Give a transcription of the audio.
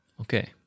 Okay